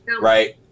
Right